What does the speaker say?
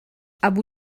abu